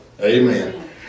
Amen